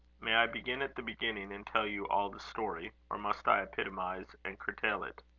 may i begin at the beginning, and tell you all the story? or must i epitomize and curtail it?